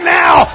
now